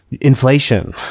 inflation